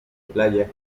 playa